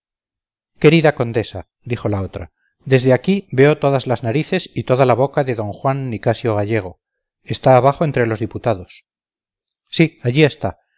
querida condesa dijo la otra desde aquí veo todas las narices y toda la boca de d juan nicasio gallego está abajo entre los diputados sí allí está